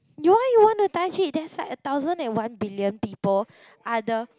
do I want to touch it there is like a thousand and one billion people are the